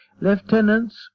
lieutenants